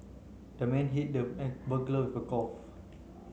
the man hit the burglar with a golf